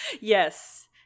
Yes